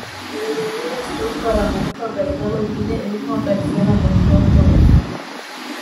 dėl luizos tilto remonto galimi laikini eismo per sieną nesklandumai